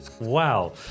Wow